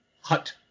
hut